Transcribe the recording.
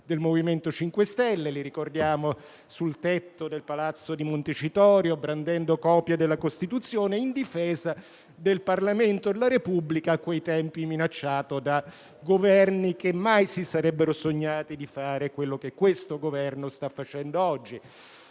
del MoVimento 5 Stelle - le ricordiamo - sul tetto di Palazzo Montecitorio, brandendo copie della Costituzione in difesa del Parlamento della Repubblica, a quei tempi minacciato da governi che mai si sarebbero sognati di fare quello che questo Governo sta facendo oggi.